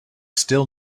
still